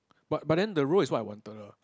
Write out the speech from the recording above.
but but then the role is what I wanted lah